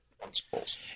principles